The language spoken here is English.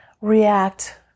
react